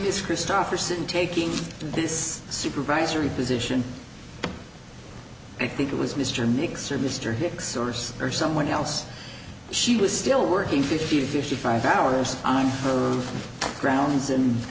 this christofferson taking this supervisory position i think it was mr meeks or mr hicks source or someone else she was still working fifty fifty five hours on her grounds and